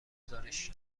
گزارش